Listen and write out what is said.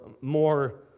more